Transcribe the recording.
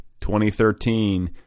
2013